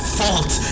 fault